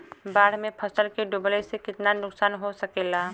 बाढ़ मे फसल के डुबले से कितना नुकसान हो सकेला?